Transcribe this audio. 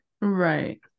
Right